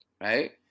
Right